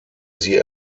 sie